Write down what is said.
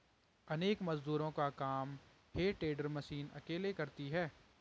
अनेक मजदूरों का काम हे टेडर मशीन अकेले करती है